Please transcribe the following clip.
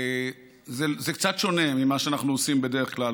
זה קצת שונה ממה שאנחנו עושים בדרך כלל.